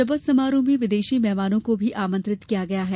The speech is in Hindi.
शपथ समारोह में विदेशी मेहमानों को भी आमंत्रित किया गया है